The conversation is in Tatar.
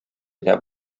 итә